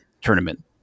tournament